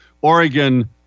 Oregon